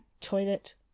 toilet